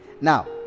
Now